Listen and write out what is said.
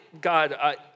God